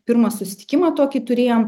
pirmą susitikimą tokį turėjom